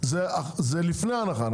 זה לפני ההנחה,